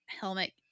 helmet